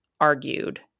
argued